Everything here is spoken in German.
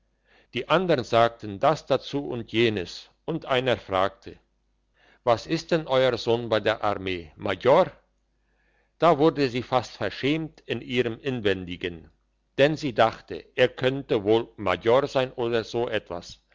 die andern sagten das dazu und jenes und einer fragte sie was ist denn euer sohn bei der armee major da wurde sie fast verschämt in ihrem inwendigen denn sie dachte er könnte wohl major sein oder so etwas